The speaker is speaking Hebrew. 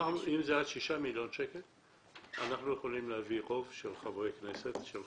זה עד שישה מיליון שקלים אנחנו יכולים להביא רוב של 50 חברי כנסת.